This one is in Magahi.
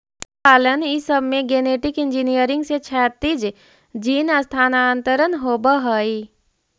मत्स्यपालन ई सब में गेनेटिक इन्जीनियरिंग से क्षैतिज जीन स्थानान्तरण होब हई